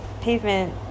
Pavement